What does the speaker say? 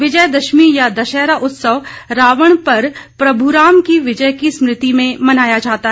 विजय दशमी या दशहरा उत्सव रावण पर प्रभुराम की विजय की स्मृति में मनाया जाता है